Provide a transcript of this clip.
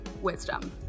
Wisdom